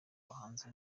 bahanzi